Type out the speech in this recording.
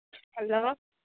hello